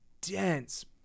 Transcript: dense